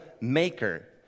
maker